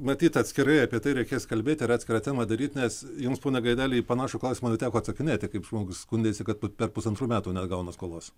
matyt atskirai apie tai reikės kalbėti ir atskirą temą daryt nes jums pone gaideli į panašų klausimą teko atsakinėti kaip žmogus skundėsi kad per pusantrų metų neatgauna skolos